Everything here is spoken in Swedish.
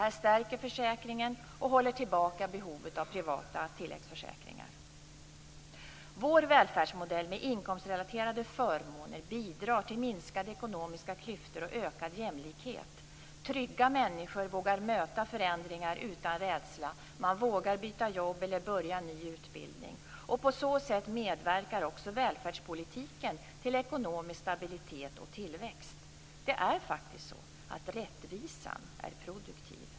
Detta stärker försäkringen och håller tillbaka behovet av privata tilläggsförsäkringar. Vår välfärdsmodell med inkomstrelaterade förmåner bidrar till minskade ekonomiska klyftor och ökad jämlikhet. Trygga människor vågar möta förändringar utan rädsla. Man vågar byta jobb eller börja ny utbildning. På så sätt medverkar också välfärdspolitiken till ekonomisk stabilitet och tillväxt. Det är faktiskt så att rättvisan är produktiv.